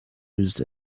used